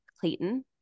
Clayton